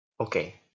Okay